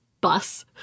bus